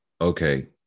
okay